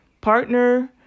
partner